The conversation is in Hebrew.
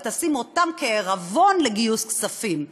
ותשים אותן כעירבון לגיוס כספים.